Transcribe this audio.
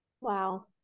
Wow